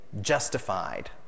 justified